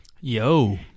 Yo